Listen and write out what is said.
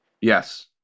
Yes